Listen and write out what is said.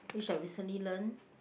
which I recently learn